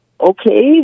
okay